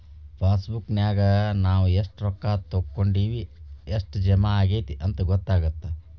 ಪಾಸಬುಕ್ನ್ಯಾಗ ನಾವ ಎಷ್ಟ ರೊಕ್ಕಾ ತೊಕ್ಕೊಂಡಿವಿ ಎಷ್ಟ್ ಜಮಾ ಆಗೈತಿ ಅಂತ ಗೊತ್ತಾಗತ್ತ